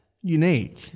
unique